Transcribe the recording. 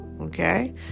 Okay